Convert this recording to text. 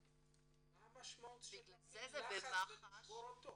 מה המשמעות של להפעיל לחץ ולשבור אותו?